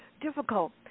difficult